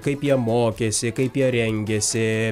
kaip jie mokėsi kaip jie rengėsi